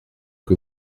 que